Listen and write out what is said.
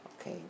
Okay